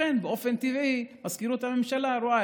לכן באופן טבעי כשמזכירות הממשלה רואה